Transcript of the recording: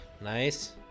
Nice